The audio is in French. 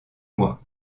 mois